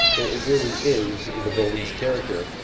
it really is the building's character.